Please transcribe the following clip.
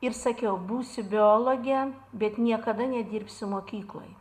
ir sakiau būsiu biologe bet niekada nedirbsiu mokykloj